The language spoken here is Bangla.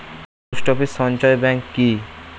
পোস্ট অফিস সঞ্চয় ব্যাংক কি?